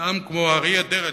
ואדם כמו אריה דרעי,